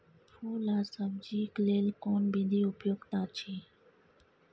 फूल आ सब्जीक लेल कोन विधी उपयुक्त अछि?